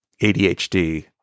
ADHD